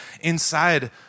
inside